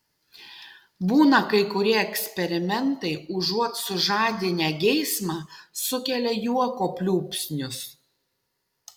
būna kai kurie eksperimentai užuot sužadinę geismą sukelia juoko pliūpsnius